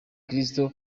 kristu